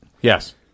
Yes